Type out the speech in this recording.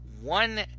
one